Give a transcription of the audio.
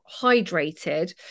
hydrated